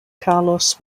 carlos